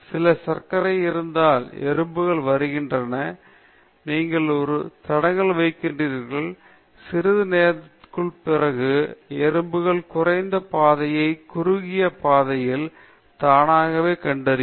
சில சர்க்கரை இருந்தால் எறும்புகள் வருகின்றன நீங்கள் ஒரு தடங்கல் வைக்கிறீர்கள் சிறிது நேரத்திற்குப் பிறகு எறும்புகள் குறைந்த பாதையை குறுகிய பாதையில் தானாகவே கண்டறியும்